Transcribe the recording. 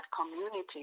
community